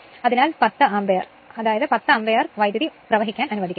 അതിനാൽ 10 ആമ്പിയർ അതായത് ആമ്പിയർ വൈദ്യുതി പ്രവഹിക്കാൻ അനുവദിക്കും